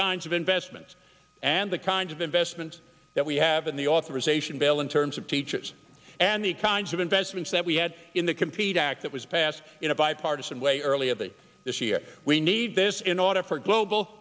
kinds of investments and the kinds of investments that we have in the authorization bill in terms of teachers and the kinds of investments that we had in the complete act that was passed in a bipartisan way earlier that this year we need this in order for global